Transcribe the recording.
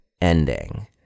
ending